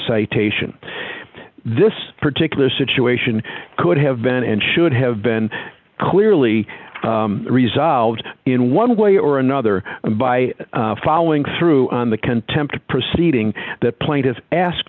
citation this particular situation could have been and should have been clearly resolved in one way or another by following through on the contempt proceeding that plaintiff ask